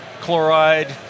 chloride